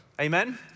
Amen